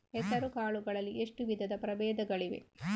ಹೆಸರುಕಾಳು ಗಳಲ್ಲಿ ಎಷ್ಟು ವಿಧದ ಪ್ರಬೇಧಗಳಿವೆ?